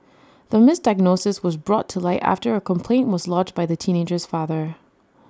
the misdiagnosis was brought to light after A complaint was lodged by the teenager's father